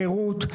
חירות,